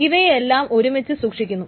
ഇവയെ എല്ലാം ഒരുമിച്ച് സൂക്ഷിക്കുന്നു